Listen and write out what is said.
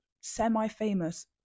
semi-famous